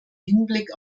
hinblick